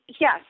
yes